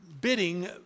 bidding